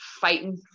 fighting